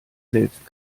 selbst